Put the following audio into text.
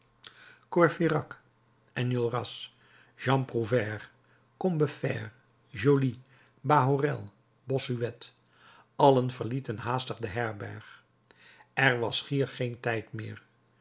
courfeyrac enjolras jean prouvaire combeferre joly bahorel bossuet allen verlieten haastig de herberg er was schier geen tijd meer